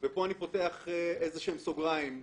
ופה אני פותח איזה שהם סוגריים.